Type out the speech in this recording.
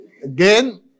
Again